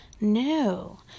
no